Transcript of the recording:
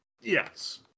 Yes